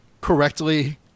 correctly